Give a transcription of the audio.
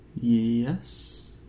Yes